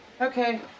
Okay